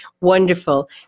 Wonderful